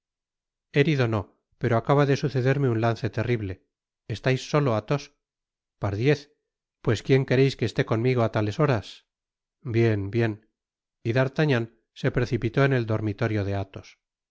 herido no pero acaba de sucederme un lance terrible estais solo athos pardiez pues quien quereis que esté conmigo á tales boras bien bien y d'artagnan se precipitó en el dormitorio de athos